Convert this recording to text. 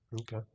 Okay